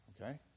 Okay